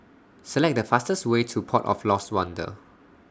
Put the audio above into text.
Select The fastest Way to Port of Lost Wonder